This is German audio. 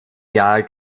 jahr